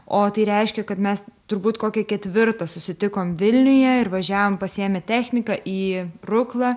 o tai reiškia kad mes turbūt kokią ketvirtą susitikom vilniuje ir važiavom pasiėmę techniką į ruklą